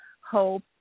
hope